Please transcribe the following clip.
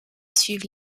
suivent